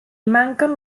manquen